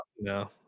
no